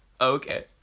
Okay